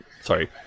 sorry